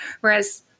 Whereas